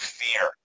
fear